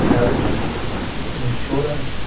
health insurance